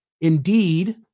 Indeed